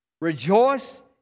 Rejoice